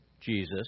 Jesus